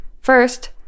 First